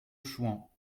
chouans